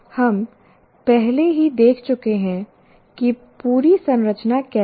हम पहले ही देख चुके हैं कि पूरी संरचना कैसी है